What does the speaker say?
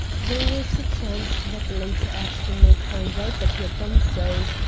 there was a chance that later ashton might find out that he had done so.